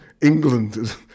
England